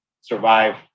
survive